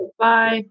bye